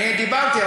אני דיברתי.